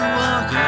walk